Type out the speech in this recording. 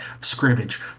scrimmage